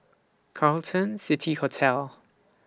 Carlton City Hotel